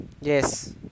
Yes